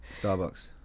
Starbucks